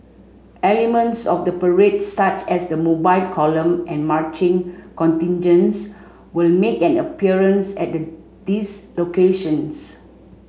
elements of the parade such as the Mobile Column and marching contingents will make an appearance at these locations